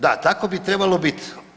Da, tako bi trebalo biti.